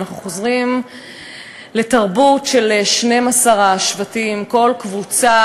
ואנחנו חוזרים לתרבות של 12 השבטים, כל קבוצה